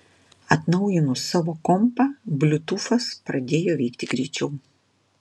atnaujinus savo kompą bliutūfas pradėjo veikti greičiau